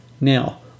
Now